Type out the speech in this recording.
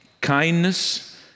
kindness